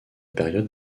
période